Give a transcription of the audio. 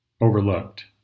overlooked